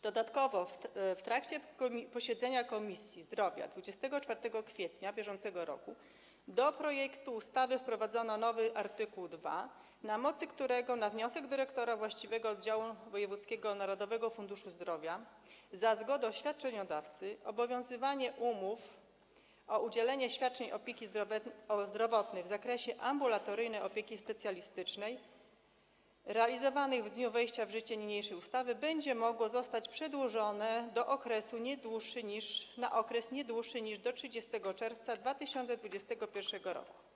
Dodatkowo w trakcie posiedzenia Komisji Zdrowia w dniu 24 kwietnia br. do projektu ustawy wprowadzono nowy art. 2, na mocy którego na wniosek dyrektora właściwego oddziału wojewódzkiego Narodowego Funduszu Zdrowia za zgodą świadczeniodawcy obowiązywanie umów o udzielanie świadczeń opieki zdrowotnej w zakresie ambulatoryjnej opieki specjalistycznej realizowanej w dniu wejścia w życie niniejszej ustawy będzie mogło zostać przedłużone na okres nie dłuższy niż do dnia 30 czerwca 2021 r.